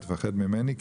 תפחד ממני.